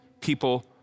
people